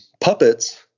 Puppets—